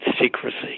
secrecy